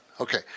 Okay